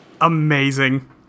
Amazing